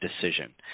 decision